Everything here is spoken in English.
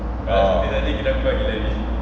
oh